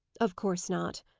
of course not,